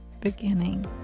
beginning